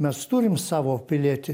mes turim savo pilietį